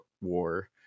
war